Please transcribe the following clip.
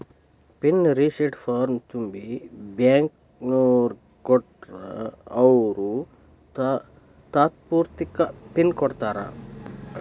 pin reset ಫಾರ್ಮ್ನ ತುಂಬಿ ಬ್ಯಾಂಕ್ನೋರಿಗ್ ಕೊಟ್ರ ಅವ್ರು ತಾತ್ಪೂರ್ತೆಕ ಪಿನ್ ಕೊಡ್ತಾರಾ